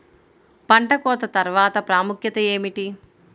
పంట కోత తర్వాత ప్రాముఖ్యత ఏమిటీ?